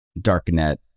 darknet